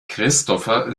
christopher